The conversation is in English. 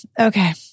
Okay